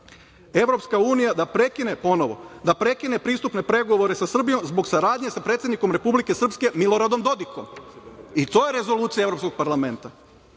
poziva EU da prekine pristupne pregovore sa Srbijom zbog saradnje sa predsednikom Republike Srpske Miloradom Dodikom, i to je rezolucija Evropskog parlamenta. Maja